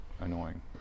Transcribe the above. annoying